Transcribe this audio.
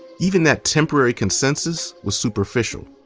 even that temporary consensus was superficial.